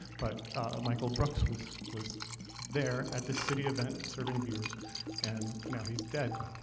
but michael, brooks was was there at the city event and serving beers and now he's dead.